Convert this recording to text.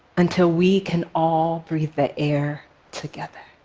until we can all breathe the air together.